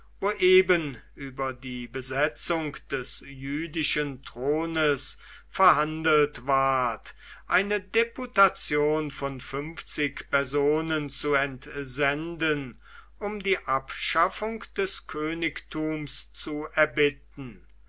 wo eben über die besetzung des jüdischen thrones verhandelt ward eine deputation von fünfzig personen zu entsenden um die abschaffung des königtums zu erbitten